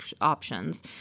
options